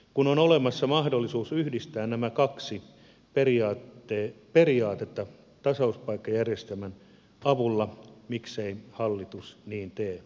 kun on olemassa mahdollisuus yhdistää nämä kaksi periaatetta tasauspaikkajärjestelmän avulla miksei hallitus niin tee